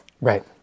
Right